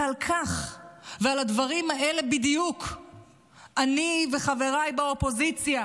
ועל כך ועל הדברים האלה בדיוק אני וחבריי באופוזיציה,